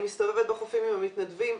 אני מסתובבת בחופים עם המתנדבים,